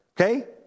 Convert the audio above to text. Okay